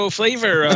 flavor